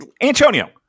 Antonio